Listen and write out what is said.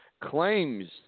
claims